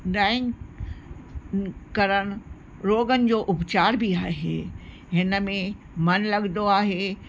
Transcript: drawing करण रोगन जो उपचार बि आहे हिन में मनु लॻंदो आहे